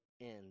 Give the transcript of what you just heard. end